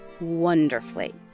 wonderfully